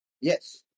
Yes